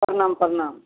प्रणाम प्रणाम